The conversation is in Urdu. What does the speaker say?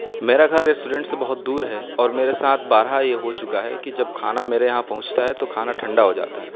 میرا گھر ریسٹورنٹ سے بہت دور ہے اور میرے ساتھ بارہا یہ ہو چکا ہے کہ جب کھانا میرے یہاں پہنچتا ہے تو کھانا ٹھنڈا ہو جاتا ہے